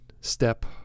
step